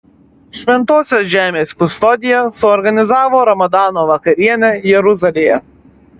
šventosios žemės kustodija suorganizavo ramadano vakarienę jeruzalėje